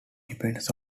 depends